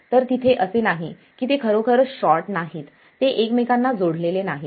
तर तिथे असे नाही की ते खरोखरच शॉर्ट नाहीत ते एकमेकांना जोडलेले नाहीत